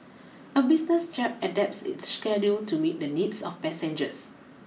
a business jet adapts its schedule to meet the needs of passengers